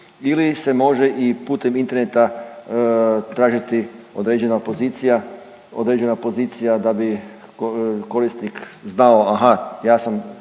ili se može i putem interneta tražiti određena pozicija, određena pozicija da bi korisnik znao aha ja sam